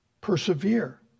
persevere